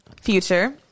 future